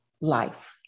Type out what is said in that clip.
life